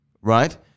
right